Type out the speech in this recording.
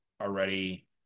already